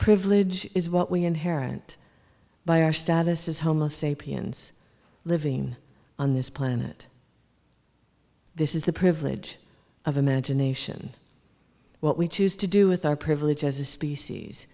privilege is what we inherent by our status as homo sapiens living on this planet this is the privilege of imagination what we choose to do with our privilege as a species